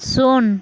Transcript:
ᱥᱩᱱ